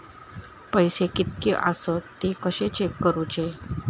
पैसे कीतके आसत ते कशे चेक करूचे?